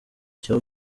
cya